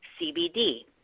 CBD